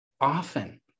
often